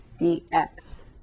dx